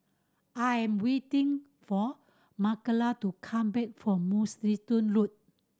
I am waiting for Marcela to come back from Mugliston Road